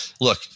look